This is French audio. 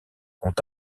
ont